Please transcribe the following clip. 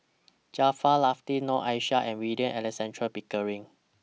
Jaafar Latiff Noor Aishah and William Alexander Pickering